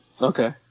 Okay